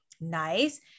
nice